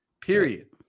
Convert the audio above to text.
period